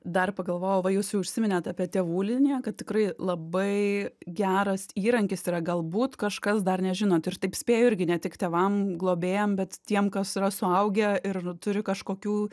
dar pagalvojau va jūs jau užsiminėt apie tėvų liniją kad tikrai labai geras įrankis yra galbūt kažkas dar nežinot ir taip spėju irgi ne tik tėvam globėjam bet tiem kas yra suaugę ir turi kažkokių